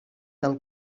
del